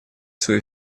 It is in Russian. свою